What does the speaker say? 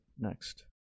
next